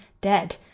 dead